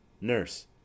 Nurse